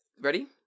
Ready